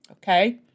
Okay